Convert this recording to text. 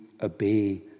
obey